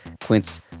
Quince